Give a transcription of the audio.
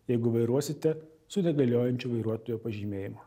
jeigu vairuosite su negaliojančiu vairuotojo pažymėjimu